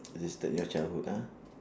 existed in your childhood ah